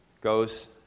goes